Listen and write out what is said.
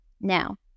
Now